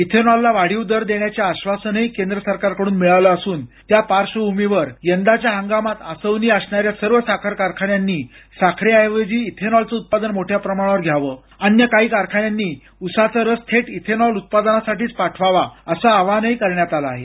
इथेनॉलला वाढीव दर देण्याचं आश्वासनही केंद्र सरकारकडून मिळालं असून त्या पार्श्वभूमीवर यंदाच्या हंगामात आसवनी असणाऱ्या सर्व साखर कारखान्यांनी साखरेऐवजी इथेनॉलचं उत्पादन मोठ्या प्रमाणावर घ्यावं अन्य काही कारखान्यांनी उसाचा रस थेट इथेनॉल उत्पादनासाठीच पाठवावा असं आवाहन करण्यात आलं आहे